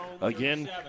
Again